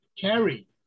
carry